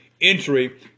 entry